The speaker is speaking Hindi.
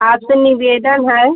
आपसे निवेदन है